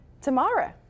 tomorrow